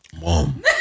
mom